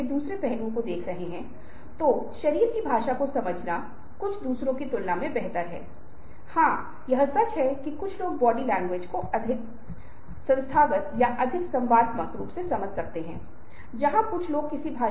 दूसरी ओर यह तीसरा एक अपराधी के क्लासिक मामले का मामला है और जहां हम चेहरे से क्या जानकारी की उम्मीद करते हैं और यह क्या मेल खाता है